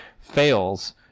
fails